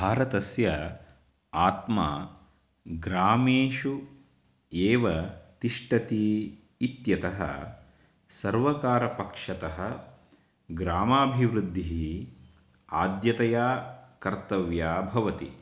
भारतस्य आत्मा ग्रामेषु एव तिष्ठति इत्यतः सर्वकारपक्षतः ग्रामाभिवृद्धिः आद्यतया कर्तव्या भवति